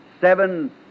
seven